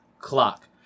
clock